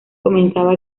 comenzaba